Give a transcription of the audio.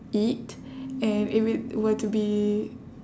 eat and if it were to be